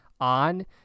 on